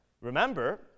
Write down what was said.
Remember